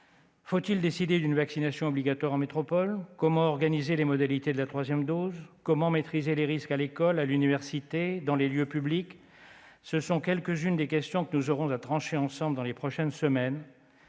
Faut-il décider d'une vaccination obligatoire en métropole ? Comment organiser les modalités de la troisième dose ? Comment maîtriser les risques à l'école, à l'université, dans les lieux publics ? Ce sont quelques-unes des questions que nous aurons à trancher ensemble dans les prochaines semaines,